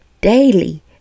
daily